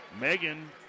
Megan